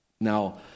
Now